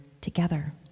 together